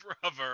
brother